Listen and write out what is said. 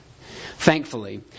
Thankfully